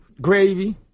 gravy